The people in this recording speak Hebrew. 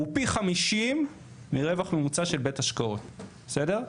הוא פי 50 מרווח ממוצע של בית השקעות, בסדר?